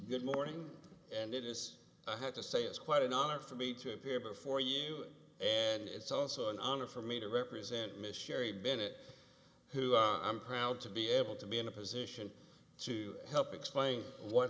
good morning and it is i have to say it's quite another for me to appear before you and it's also an honor for me to represent miss sherry bennett who i'm proud to be able to be in a position to help explain what